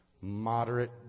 moderate